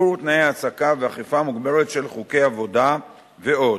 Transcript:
שיפור תנאי העסקה ואכיפה מוגברת של חוקי עבודה ועוד.